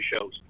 shows